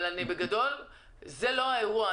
אבל בגדול זה לא האירוע.